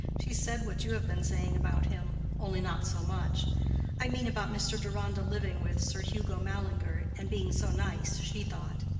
she said what you have been saying about him only not so much i mean, about mr. deronda living with sir hugo mallinger, and being so nice, she thought.